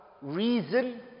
reason